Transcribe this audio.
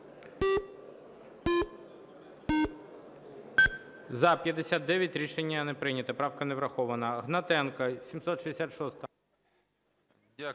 За-59 Рішення не прийнято. Правка не врахована. Гнатенко, 766-а.